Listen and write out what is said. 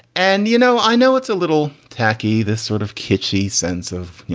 and, you know, i know it's a little tacky, this sort of kitschy sense of, you